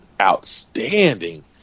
outstanding